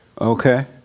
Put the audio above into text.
Okay